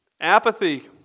Apathy